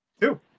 Two